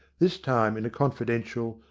this time in a confidential,